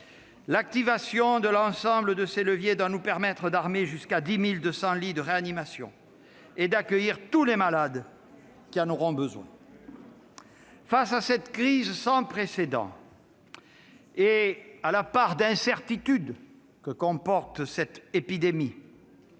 L'activation de l'ensemble de ces leviers doit nous permettre d'armer jusqu'à 10 200 lits de réanimation et d'accueillir tous les malades qui en auront besoin. Face à cette crise sans précédent et à la part d'incertitude que comporte cette épidémie,